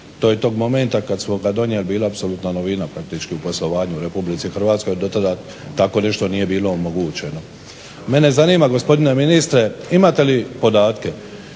to je tog momenta kad smo ga donijeli bila apsolutna novina praktički u poslovanju u RH, dotada tako nešto nije bilo omogućeno. Mene zanima gospodine ministre imate li podatke,